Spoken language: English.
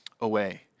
away